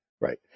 right